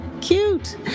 Cute